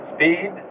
Speed